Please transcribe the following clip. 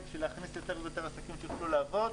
כדי להכניס יותר ויותר עסקים שיוכלו לעבוד.